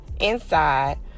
inside